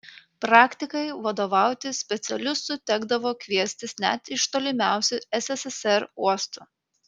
praktikai vadovauti specialistų tekdavo kviestis net iš tolimiausių sssr uostų